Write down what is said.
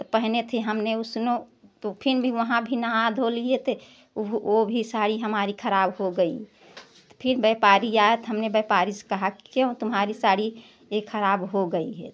तो पहने थे हमने उसने तो फ़िर भी वहाँ भी नहा धो लिए थे वह भी साड़ी हमारी खराब हो गई तो फ़िर व्यापारी आया तो हमने व्यापारी से कहा कि क्यों तुम्हारी साड़ी यह खराब हो गई है